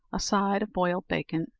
a side of boiled bacon,